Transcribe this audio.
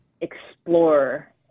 explore